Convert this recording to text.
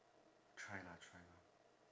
try lah try lah